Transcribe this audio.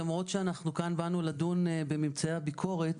למרות שאנחנו באנו לדון כאן בממצאי הביקורת,